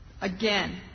Again